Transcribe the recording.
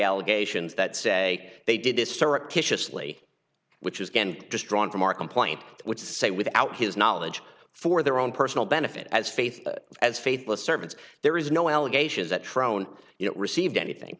allegations that say they did this surreptitiously which is again just drawn from our complaint which say without his knowledge for their own personal benefit as faith as faithless servants there is no allegations that trone received anything